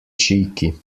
cheeky